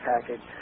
package